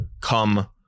come